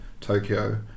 Tokyo